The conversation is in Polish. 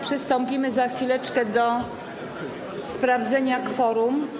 Przystąpimy za chwileczkę do sprawdzenia kworum.